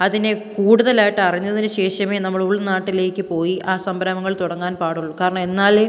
അതിനെ കൂടുതലായിട്ട് അറിഞ്ഞതിന് ശേഷമേ നമ്മൾ ഉൾ നാട്ടിലേക്ക് പോയി ആ സംരംഭങ്ങൾ തുടങ്ങാൻ പാടുള്ളൂ കാരണം എന്നാലേ